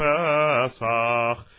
Pesach